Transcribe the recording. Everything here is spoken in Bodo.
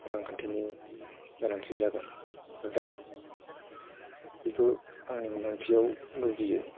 रांखान्थिनि गोनांथि जागोन जाय बेखौ आंनि मोनदांथियाव बुजियो